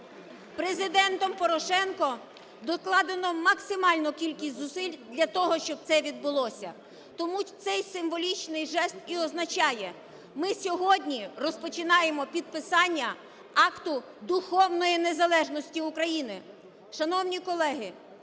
Президентом Порошенко докладено максимальну кількість зусиль для того, щоб це відбулося. Тому цей символічний жест і означає: ми сьогодні розпочинаємо підписання акту духовної незалежності України. Шановні колеги,